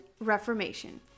Reformation